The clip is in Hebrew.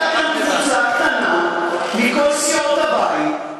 הייתה כאן קבוצה קטנה מכל סיעות הבית.